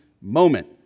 moment